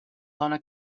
dona